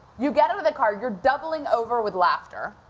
you get out of the car. you're doubling over with laughter.